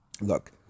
Look